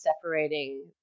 separating